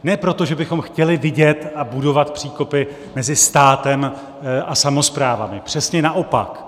Ne proto, že bychom chtěli vidět a budovat příkopy mezi státem a samosprávami, přesně naopak.